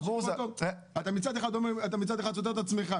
הבורסה --- אתה סותר את עצמך,